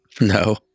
No